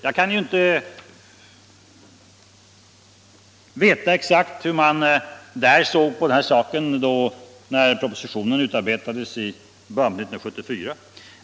Jag kan inte veta exakt hur man där såg på den här saken när propositionen utarbetades i början av 1974.